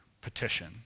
petition